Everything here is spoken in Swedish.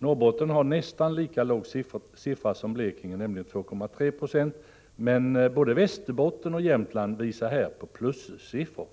Norrbotten har nästan lika låg siffra som Blekinge, nämligen minus 2,3 26, men både Västerbotten och Jämtland visar plussiffror.